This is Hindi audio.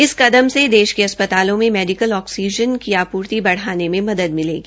इस कदम से देश के अस्प्तालों में मेडिकल ऑक्सीजन की आपूर्ति बढ़ाने मे मदद मिलेगी